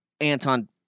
Anton